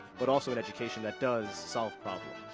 but also an education that does solve problems.